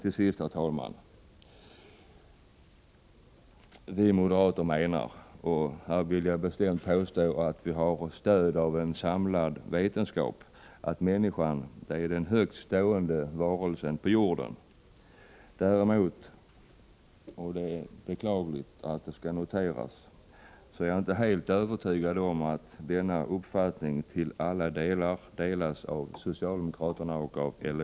Till sist: Vi moderater menar — och jag vill bestämt påstå att vi här har stöd av en samlad vetenskap — att människan är den högst stående varelsen på jorden. Däremot — och det är beklagligt att det skall behövas noteras — är jag inte helt övertygad om att denna uppfattning i alla avseenden delas av socialdemokraterna och av LO.